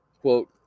quote